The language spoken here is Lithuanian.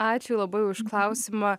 ačiū labai už klausimą